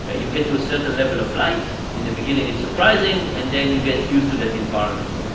ah you get to a certain level of light. in the beginning, it's surprising. and then you get used to that environment.